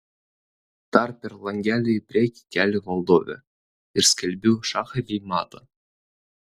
dar per langelį į priekį keliu valdovę ir skelbiu šachą bei matą